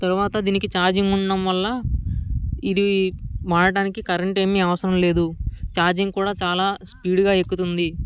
తరువాత దీనికి ఛార్జింగ్ ఉండడం వలన ఇది మారడానికి కరెంటు ఏమి అవసరం లేదు ఛార్జింగ్ కూడా చాల స్పీడుగా ఎక్కుతుంది